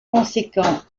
conséquent